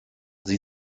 sie